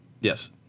Yes